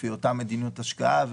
לפי אותה מדיניות השקעה,